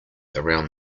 around